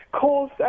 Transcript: cause